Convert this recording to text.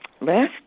last